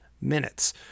minutes